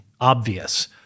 obvious